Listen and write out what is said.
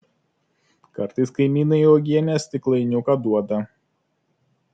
kartais kaimynai uogienės stiklainiuką duoda